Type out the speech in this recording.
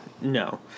No